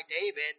David